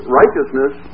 righteousness